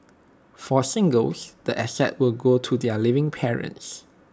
for singles the assets will go to their living parents